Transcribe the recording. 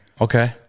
okay